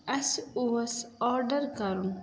اَسہِ اوس آرڈَر کَرُن